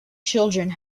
children